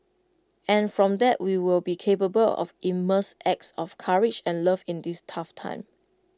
and from that we will be capable of immense acts of courage and love in this tough time